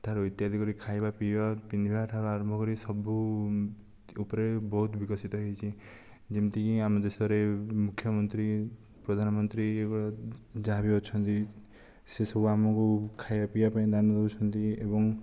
ଠାରୁ ଇତ୍ୟାଦି କରି ଖାଇବା ପିଇବା ପିନ୍ଧିବା ଠାରୁ ଆରମ୍ଭ କରି ସବୁ ଉପରେ ବହୁତ ବିକଶିତ ହୋଇଛି ଯେମିତିକି ଆମ ଦେଶରେ ମୁଖ୍ୟମନ୍ତ୍ରୀ ପ୍ରଧାନମନ୍ତ୍ରୀ ଏଇ ଭଳିଆ ଯାହା ବି ଅଛନ୍ତି ସେସବୁ ଆମକୁ ଖାଇବା ପିଇବା ପାଇଁ ଦାନ ଦେଉଛନ୍ତି ଏବଂ